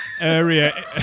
area